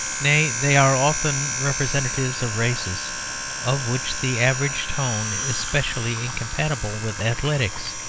nay, they are often representatives of races of which the average tone is specially incompatible with athletics.